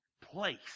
place